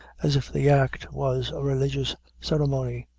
as if the act was a religious ceremony,